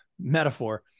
metaphor